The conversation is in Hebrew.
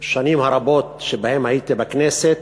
בשנים הרבות שבהן הייתי בכנסת,